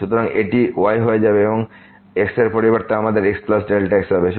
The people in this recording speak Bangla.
সুতরাং এটি y হয়ে যাবে এবং x এর পরিবর্তে আমাদের xx হবে